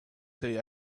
say